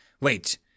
Wait